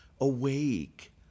awake